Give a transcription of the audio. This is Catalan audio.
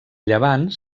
llevant